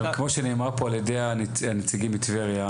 אבל כמו שנאמר פה על ידי הנציגים מטבריה,